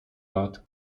lat